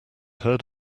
heard